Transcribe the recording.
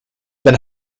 been